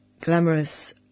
glamorous